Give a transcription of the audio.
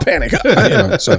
panic